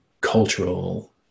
cultural